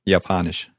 Japanisch